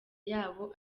yabo